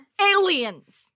Aliens